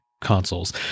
consoles